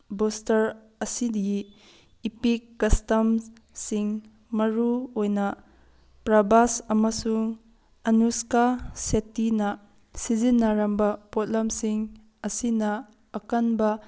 booster ꯑꯁꯤꯗꯒꯤ ꯏꯄꯤꯛ ꯀꯁꯇꯝ ꯁꯤꯡ ꯃꯔꯨ ꯑꯣꯏꯅ ꯄ꯭ꯔꯕꯥꯁ ꯑꯃꯁꯨꯡ ꯑꯅꯨꯁꯀꯥ ꯁꯦꯇꯤꯅ ꯁꯤꯖꯤꯟꯅꯔꯝꯕ ꯄꯣꯠꯂꯝꯁꯤꯡ ꯑꯁꯤꯅ ꯑꯀꯟꯕ